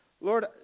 Lord